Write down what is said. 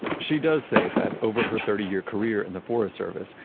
she does say that, over her thirty-year career in the forest service,